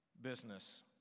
business